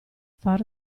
far